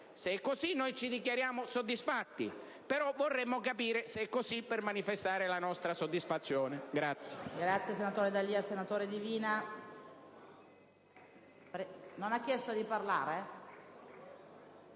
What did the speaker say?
Se è così noi ci dichiariamo soddisfatti, però vorremmo capire se è davvero così per manifestare la nostra soddisfazione.